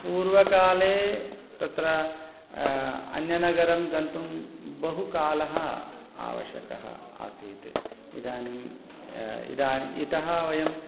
पूर्वकाले तत्र अन्यनगरं गन्तुं बहु कालः आवश्यकः आसीत् इदानीम् यदा इतः वयम्